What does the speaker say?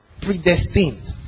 Predestined